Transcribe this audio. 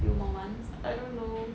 few more months I don't know